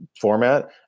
format